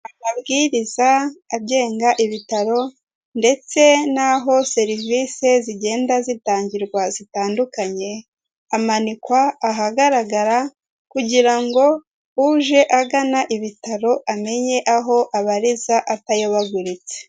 Amabwiriza agenga ibitaro ndetse n'aho serivisi zigenda zitangirwa zitandukanye, amanikwa ahagaragara kugira ngo uje agana ibitaro amenye aho abariza atayobaguritse.